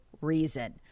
reason